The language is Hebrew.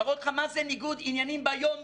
להראות לך מה זה ניגוד עניינים ביום-יום.